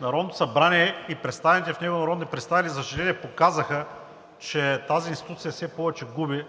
Народното събрание и представените в него народни представители, за съжаление, показаха, че тази институция все повече губи